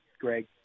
Greg